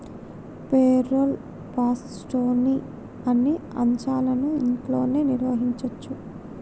payroll ప్రాసెస్లోని అన్ని అంశాలను ఇంట్లోనే నిర్వహించచ్చు